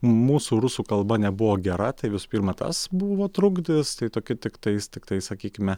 mūsų rusų kalba nebuvo gera tai visų pirma tas buvo trukdis tai tokia tiktais tiktai sakykime